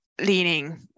leaning